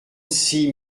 six